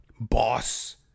boss